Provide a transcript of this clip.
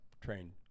trained